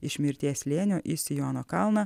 iš mirties slėnio į siono kalną